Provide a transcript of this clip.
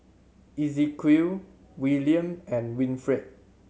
Ezequiel Willaim and Winfield